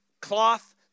cloth